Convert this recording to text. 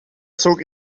zog